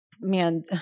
man